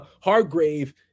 Hargrave